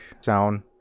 sound